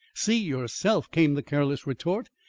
see, yourself! came the careless retort,